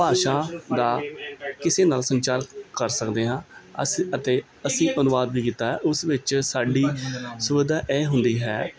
ਭਾਸ਼ਾ ਦਾ ਕਿਸੇ ਨਾਲ ਸੰਚਾਰ ਕਰ ਸਕਦੇ ਹਾਂ ਅਸ ਅਤੇ ਅਸੀਂ ਅਨੁਵਾਦ ਵੀ ਕੀਤਾ ਉਸ ਵਿੱਚ ਸਾਡੀ ਸੁਵਿਧਾ ਇਹ ਹੁੰਦੀ ਹੈ